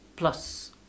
Plus